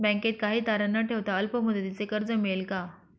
बँकेत काही तारण न ठेवता अल्प मुदतीचे कर्ज मिळेल का?